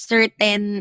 Certain